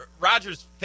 Roger's